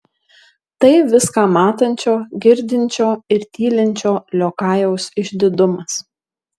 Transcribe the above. tai viską matančio girdinčio ir tylinčio liokajaus išdidumas